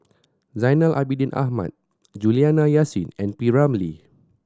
Zainal Abidin Ahmad Juliana Yasin and P Ramlee